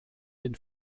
den